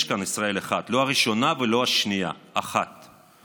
יש כאן ישראל אחת, לא הראשונה ולא השנייה, אחת,